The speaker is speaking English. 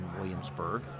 Williamsburg